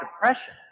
depression